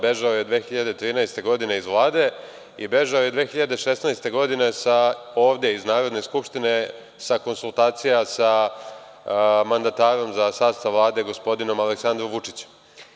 Bežao je 2013. godine iz Vlade i bežao je 2016. godine, ovde, iz Narodne skupštine sa konsultacija sa mandatarom za sastav Vlade, gospodinom Aleksandrom Vučićem.